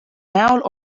näol